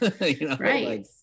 right